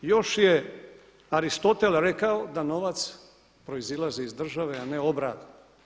Još je Aristotel rekao da novac proizlazi iz države a ne obratno.